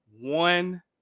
one